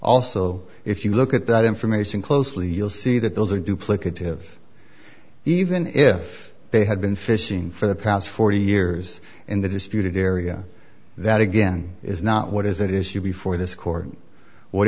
also if you look at that information closely you'll see that those are duplicative even if they had been fishing for the past forty years in the disputed area that again is not what is it is you before this court what